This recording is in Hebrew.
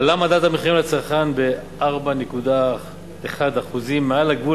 עלה מדד המחירים לצרכן ב-4.1% מעל הגבול